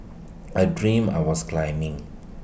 I dreamt I was climbing